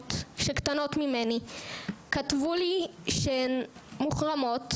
נערות שקטנות ממנו כתבו לי שהן מוחרמות,